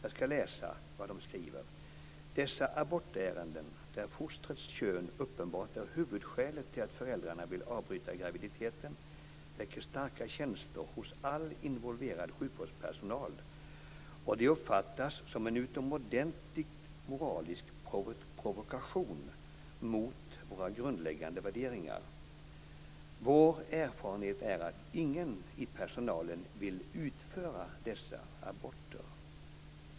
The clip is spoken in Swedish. De skriver bl.a. följande: "Dessa abortärenden, där fostrets kön uppenbart är huvudskälet till att föräldrarna vill avbryta graviditeten, väcker starka känslor hos all involverad sjukvårdspersonal och de uppfattas som en utomordentlig moralisk provokation mot våra grundläggande värderingar. - Vår erfarenhet är att ingen i personalen vill utföra dessa aborter."